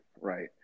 Right